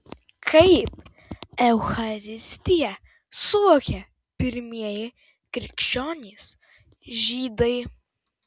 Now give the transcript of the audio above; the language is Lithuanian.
kaip eucharistiją suvokė pirmieji krikščionys žydai